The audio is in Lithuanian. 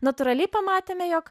natūraliai pamatėme jog